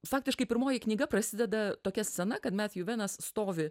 faktiškai pirmoji knyga prasideda tokia scena kad metjų venas stovi